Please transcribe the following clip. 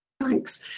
thanks